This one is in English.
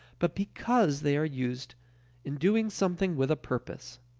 but because they are used in doing something with a purpose.